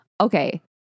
Okay